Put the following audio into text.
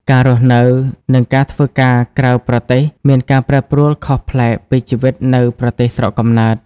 ការរស់នៅ និងការធ្វើការក្រៅប្រទេសមានការប្រែប្រួលខុសប្លែកពីជីវិតនៅប្រទេសស្រុកកំណើត។